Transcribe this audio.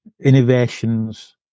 innovations